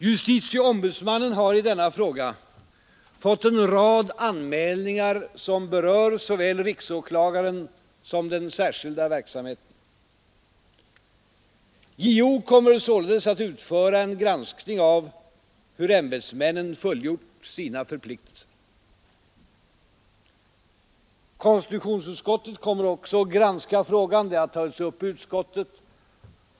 Justitieombudsmannen har i denna fråga fått en rad anmälningar som berör såväl riksåklagaren som den särskilda verksamheten. JO kommer således att utföra en granskning av hur ämbetsmännen fullgjort sina förpliktelser. Konstitutionsutskottet kommer också att granska frågan. Den har redan tagits upp i utskottet.